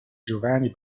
giovanni